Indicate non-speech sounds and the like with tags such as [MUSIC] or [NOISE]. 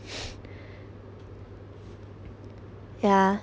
[BREATH] yeah